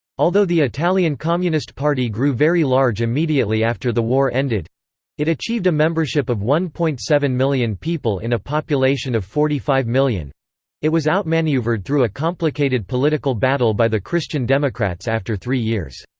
although the italian communist party grew very large immediately after the war ended it achieved a membership of one point seven million people in a population of forty five million it was outmaneouvred through a complicated political battle by the christian democrats after three years.